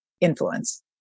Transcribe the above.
influence